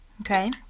Okay